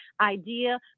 idea